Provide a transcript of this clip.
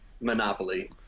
monopoly